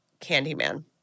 Candyman